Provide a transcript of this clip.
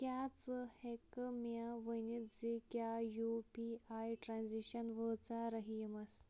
کیٛاہ ژٕ ہٮ۪کہٕ مےٚ ؤنِتھ زِ کیٛاہ یوٗ پی آٮٔی ٹرٛانٛزیکشن وٲژاہ رٔحیٖمَس